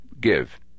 give